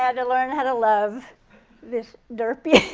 and learn how to love this dorky